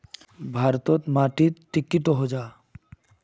भारत तोत माटित टिक की कोहो जाहा?